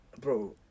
Bro